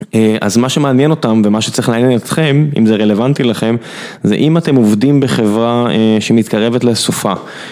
אז מה שמעניין אותם ומה שצריך לעניין אתכם, אם זה רלוונטי לכם, זה אם אתם עובדים בחברה שמתקרבת לסופה.